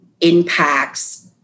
impacts